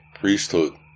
priesthood